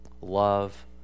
Love